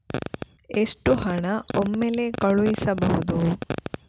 ಎಷ್ಟು ಹಣ ಒಮ್ಮೆಲೇ ಕಳುಹಿಸಬಹುದು?